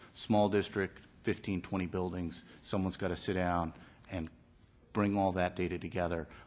small district, fifteen, twenty buildings, someone's got to sit down and bring all that data together.